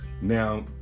Now